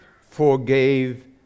forgave